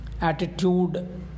Attitude